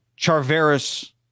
Charveris